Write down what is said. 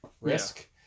risk